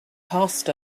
passed